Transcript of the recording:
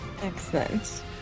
Excellent